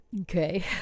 okay